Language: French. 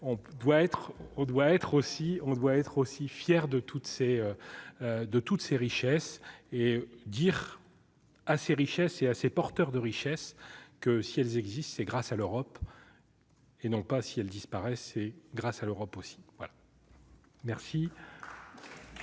on doit être aussi fier de toutes ces de toutes ces richesses et dire à ces richesses est assez porteur de richesses que si elles existent, c'est grâce à l'Europe et non pas si elle disparaissait grâce à l'Europe aussi, voilà